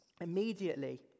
Immediately